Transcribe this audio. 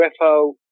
UFO